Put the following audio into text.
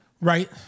Right